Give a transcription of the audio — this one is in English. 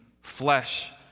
flesh